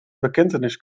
bekentenis